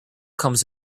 comes